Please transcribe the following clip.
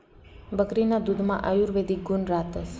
बकरीना दुधमा आयुर्वेदिक गुण रातस